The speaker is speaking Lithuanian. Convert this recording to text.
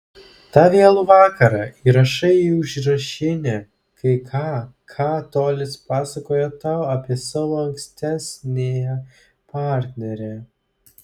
tą vėlų vakarą įrašai į užrašinę kai ką ką tolis pasakojo tau apie savo ankstesniąją partnerę